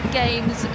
games